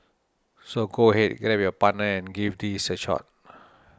so go ahead grab your partner and give these a shot